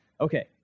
Okay